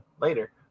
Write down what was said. later